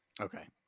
Okay